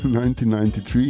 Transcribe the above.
1993